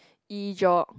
E geog~